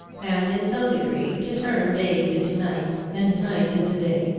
and in some degree to turn day into night, and night into day.